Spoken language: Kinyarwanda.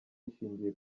rishingiye